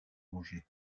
angers